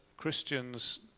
Christians